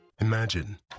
Imagine